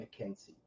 McKenzie